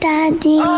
Daddy